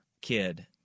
kid